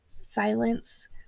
silence